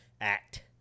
act